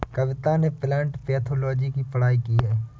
कविता ने plant pathology की पढ़ाई की है